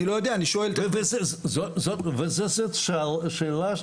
וזאת שאלה,